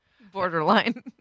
Borderline